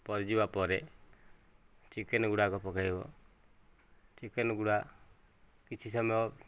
ପରିଯିବା ପରେ ଚିକେନ ଗୁଡ଼ାକ ପକାଇବ ଚିକେନ ଗୁଡ଼ା କିଛି ସମୟ